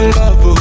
love